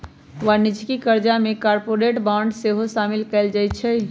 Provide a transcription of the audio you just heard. वाणिज्यिक करजा में कॉरपोरेट बॉन्ड सेहो सामिल कएल जाइ छइ